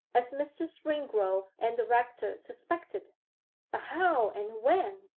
as mr. springrove and the rector suspected but how and when,